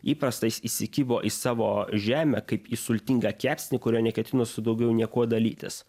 įprasta jis įsikibo į savo žemę kaip į sultingą kepsnį kuriuo neketino su daugiau niekuo dalytis